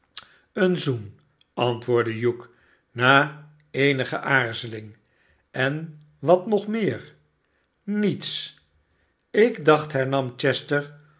een zoen antwoordde hugh na eenige aarzeling en wat nog meer iniets ik dacht hernam chester